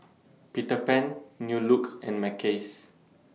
Peter Pan New Look and Mackays